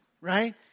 right